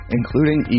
including